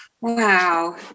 Wow